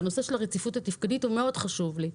והנושא של הרציפות התפקודית מאוד חשוב לי.